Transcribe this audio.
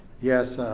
yes,